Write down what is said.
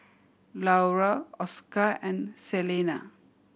Larue Oscar and Celena